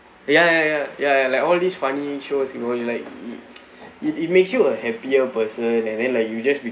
ya ya ya ya ya like all these funny shows you know like it it it makes you a happier person and then like you just